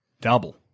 Double